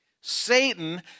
Satan